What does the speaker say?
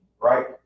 right